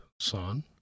son